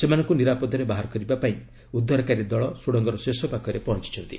ସେମାନଙ୍କୁ ନିରାପଦରେ ବାହାର କରିବା ପାଇଁ ଉଦ୍ଧାରକାରୀ ଦଳ ସୁଡ଼ଙ୍ଗର ଶେଷ ପାଖରେ ପହଞ୍ଚିଛନ୍ତି